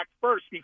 first